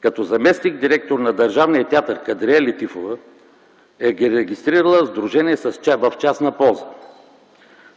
като заместник-директор на Държавния театър „Кадрие Лятифова” е регистрирала сдружение в частна полза,